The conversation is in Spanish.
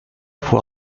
fue